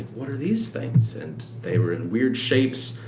what are these things? and they were in weird shapes.